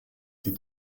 die